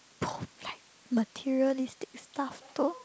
poom like materialistic stuff though